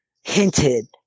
hinted